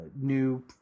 new